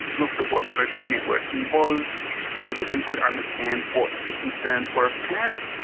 looked at what social networking was so that we could understand what the concerns were of parents.